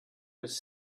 was